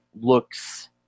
looks